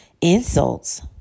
insults